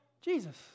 Jesus